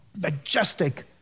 majestic